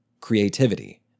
creativity